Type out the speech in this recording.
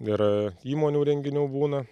yra įmonių renginių būna